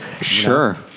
Sure